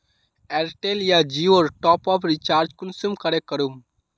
Airtel या जियोर top आप रिचार्ज कुंसम करे करूम?